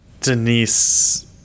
Denise